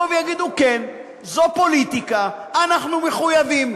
שיגידו: כן, זו פוליטיקה, אנחנו מחויבים,